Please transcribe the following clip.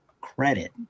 credit